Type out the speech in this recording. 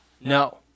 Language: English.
No